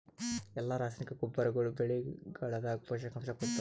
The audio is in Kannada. ಎಲ್ಲಾ ರಾಸಾಯನಿಕ ಗೊಬ್ಬರಗೊಳ್ಳು ಬೆಳೆಗಳದಾಗ ಪೋಷಕಾಂಶ ಕೊಡತಾವ?